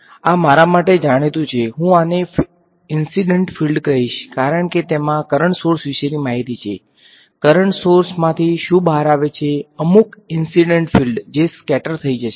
તેથી આ મારા માટે જાણીતું છે હું આને ઈન્સીડંટ ફીલ્ડ કહીશ કારણ કે તેમાં કરંટસોર્સ વિશેની માહિતી છે કરંટ સોર્સ માંથી શું બહાર આવે છે અમુક ઈન્સીડંટ થઈ જશે